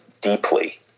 deeply